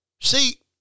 See